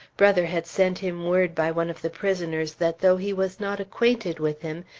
brother had sent him word by one of the prisoners that though he was not acquainted with him,